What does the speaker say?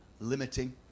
limiting